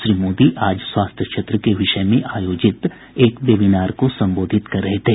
श्री मोदी आज स्वास्थ्य क्षेत्र के विषय में आयोजित एक वेबिनार को संबोधित कर रहे थे